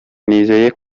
nizeye